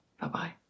Bye-bye